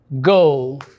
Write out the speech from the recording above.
Go